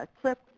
clip